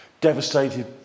devastated